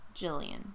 Jillian